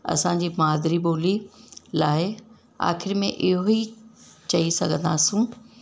असांजी माद्री ॿोली लाइ आख़िरि में इहो ई चई सघंदासूं